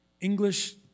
English